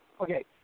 Okay